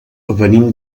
venim